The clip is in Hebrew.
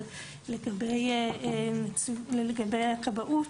אבל לגבי הכבאות,